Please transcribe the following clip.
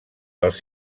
dels